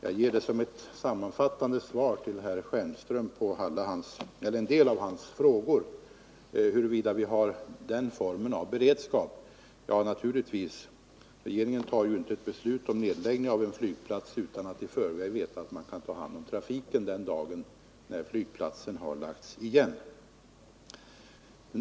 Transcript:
Jag säger detta som ett sammanfattade svar till herr Stjernström på en del av hans frågor, huruvida vi har en sådan beredskap. Naturligtvis har vi det. Regeringen fattar inte ett beslut om nedläggning av en flygplats utan att i förväg veta att man kan ta hand om trafiken den dag flygplatsen läggs ned.